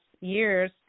years